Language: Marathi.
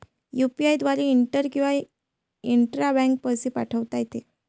यु.पी.आय द्वारे इंटर किंवा इंट्रा बँकेत पैसे पाठवता येते